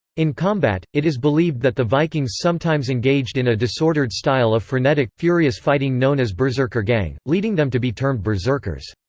in combat, it is believed that the vikings sometimes engaged in a disordered style of frenetic, furious fighting known as berserkergang, leading them to be termed berserkers.